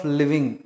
living